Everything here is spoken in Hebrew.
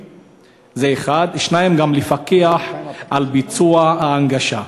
2. גם לפקח על ביצוע ההנגשה.